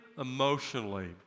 emotionally